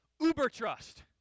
uber-trust